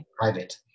private